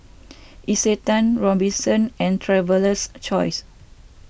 Isetan Robinsons and Traveler's Choice